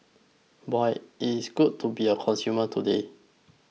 boy it's good to be a consumer today